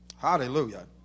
hallelujah